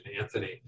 Anthony